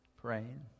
praying